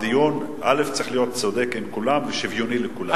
הדיון צריך להיות צודק עם כולם ושוויוני לכולם.